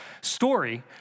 story